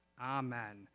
Amen